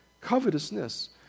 Covetousness